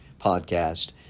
podcast